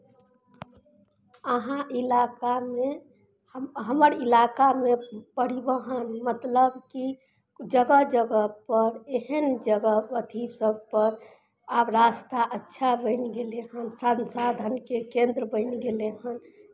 अहाँ इलाकामे हम् हमर इलाकामे परिवहन मतलब कि जगह जगहपर एहन जगह अथी सभपर आब रास्ता अच्छा बनि गेलै हन संसाधनके केन्द्र बनि गेलै हन